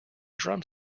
drum